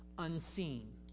Unseen